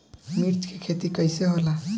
मिर्च के खेती कईसे होला?